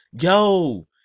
Yo